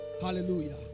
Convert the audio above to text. Hallelujah